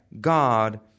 God